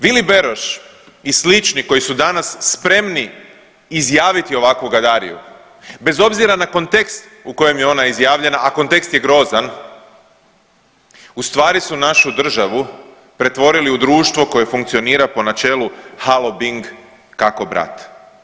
Vili Beroš i slični koji su danas spremni izjaviti ovakvu gadariju bez obzira na kontekst u kojem je ona izjavljena, a kontekst je grozan u stvari su našu državu pretvorili u društvo koje funkcionira po načelu halo bing kako brat.